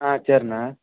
ஆ சரிண்ணே